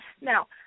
Now